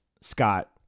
Scott